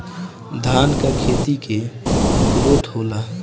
धान का खेती के ग्रोथ होला?